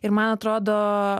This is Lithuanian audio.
ir man atrodo